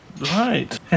Right